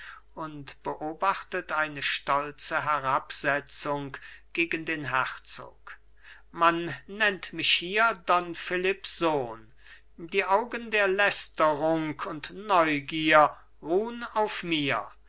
und beobachtet eine stolze herabsetzung gegen den herzog man nennt mich hier don philipps sohn die augen der lästerung und neugier ruhn auf mir